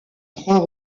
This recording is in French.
trois